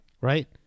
right